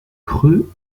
creux